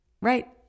right